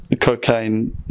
cocaine